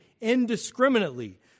indiscriminately